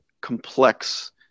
complex